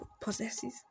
possesses